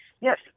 Yes